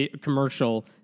commercial